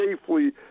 safely